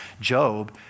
Job